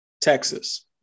Texas